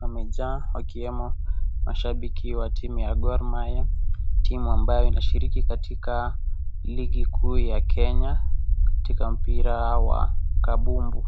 wamejaa wakiwemo mashabiki wa timu ya Gormahia, timu ambayo ilishiriki katika ligi kuu ya Kenya katika mpira wa kabumbu.